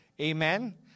Amen